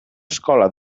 escola